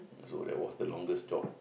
so that was the longest job